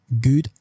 good